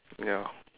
ya